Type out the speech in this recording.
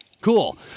Cool